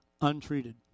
untreated